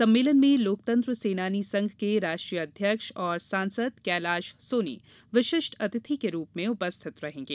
सम्मेलन में लोकतंत्र सेनानी संघ के राष्ट्रीय अध्यक्ष व सांसद कैलाश सोनी विशिष्ट अतिथि के रूप उपस्थित रहेंगे